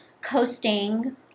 coasting